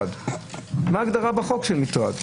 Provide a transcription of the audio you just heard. ההגדרה בחוק של מטרד?